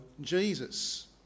Jesus